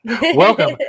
Welcome